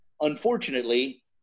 unfortunately